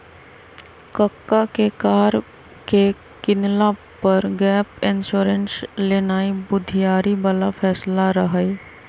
कक्का के कार के किनला पर गैप इंश्योरेंस लेनाइ बुधियारी बला फैसला रहइ